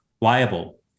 liable